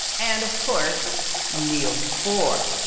and of course neils bohr.